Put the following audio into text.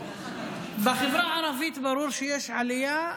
בחברה הערבית ברור שיש עלייה.